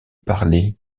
parlé